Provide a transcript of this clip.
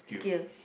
skill